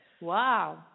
Wow